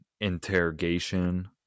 interrogation